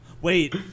Wait